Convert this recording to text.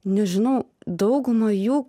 nežinau dauguma jų